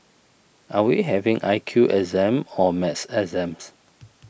are we having I Q exam or maths exams